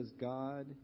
God